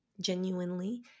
genuinely